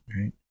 Right